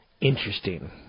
Interesting